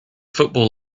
football